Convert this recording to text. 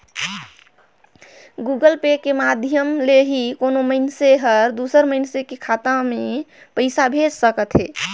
Google Pay के माधियम ले ही कोनो मइनसे हर दूसर मइनसे के खाता में पइसा भेज सकत हें